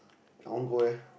I want go leh